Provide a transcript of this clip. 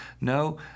no